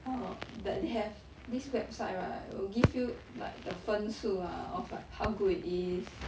orh that they have this website right will give you like the 分数 ah of like how good it is